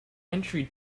entry